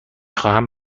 خواهم